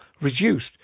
reduced